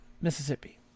Mississippi